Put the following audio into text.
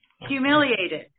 humiliated